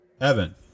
Evan